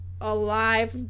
alive